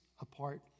apart